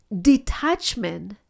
detachment